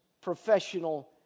professional